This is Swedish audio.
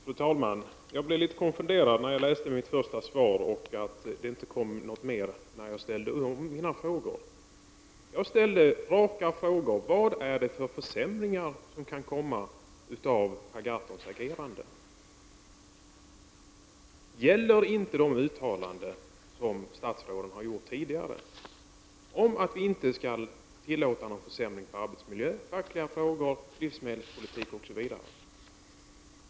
Fru talman! Jag blev litet konfunderad när jag läste det första svaret jag fick och det sedan inte kom något ytterligare svar när jag ställde mina frågor. Jag ställde raka frågor: Vad är det för försämringar som kan komma av Per Gahrtons agerande? Gäller inte de uttalanden som statsrådet har gjort tidigare om att vi inte skall tillåta någon försämring av arbetsmiljön, fackliga frågor, livsmedelspolitik osv.?